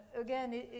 again